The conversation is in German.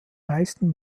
meisten